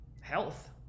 Health